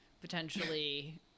potentially